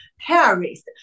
terrorists